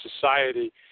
society